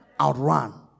Outrun